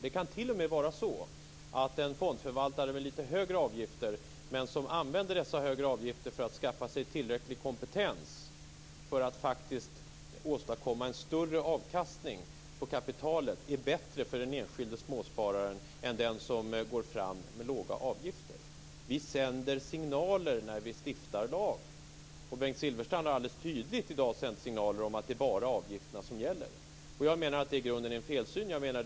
En fondförvaltare som har lite högre avgifter kan använda dessa högre avgifter till att skaffa sig tillräcklig kompetens för att faktiskt åstadkomma en större avkastning på kapitalet. Den kan då t.o.m. vara bättre för den enskilde småspararen än den som går fram med låga avgifter. Vi sänder signaler när vi stiftar lag. Bengt Silfverstrand har i dag sänt tydliga signaler om att det bara är avgifterna som gäller. Jag menar att det i grunden är en felsyn.